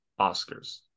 Oscars